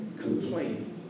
complaining